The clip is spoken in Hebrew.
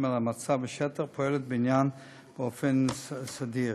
על המצב בשטח ופועלת בעניין באופן סדיר.